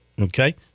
Okay